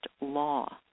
law